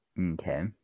Okay